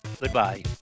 Goodbye